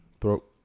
throat